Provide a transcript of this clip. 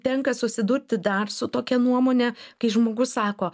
tenka susidurti dar su tokia nuomone kai žmogus sako